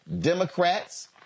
Democrats